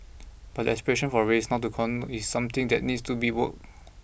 but the aspiration for race not to count is something that needs to be work